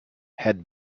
had